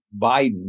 Biden